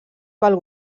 pel